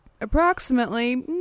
approximately